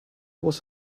was